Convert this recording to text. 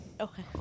Okay